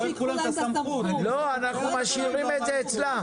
שייקחו להם את הסמכות, אנחנו משאירים את זה אצלם.